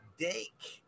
dake